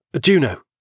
Juno